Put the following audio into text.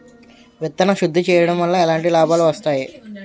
విత్తన శుద్ధి చేయడం వల్ల ఎలాంటి లాభాలు వస్తాయి?